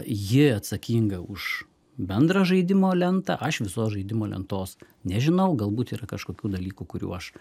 ji atsakinga už bendrą žaidimo lentą aš visos žaidimo lentos nežinau galbūt yra kažkokių dalykų kurių aš